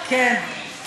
כן,